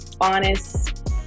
honest